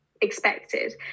expected